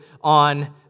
on